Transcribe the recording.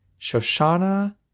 Shoshana